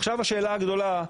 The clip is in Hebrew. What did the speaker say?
עכשיו השאלה הגדולה,